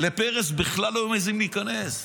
לפרס בכלל לא היו מעיזים להיכנס.